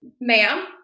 ma'am